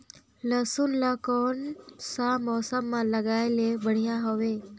लसुन ला कोन सा मौसम मां लगाय ले बढ़िया हवे?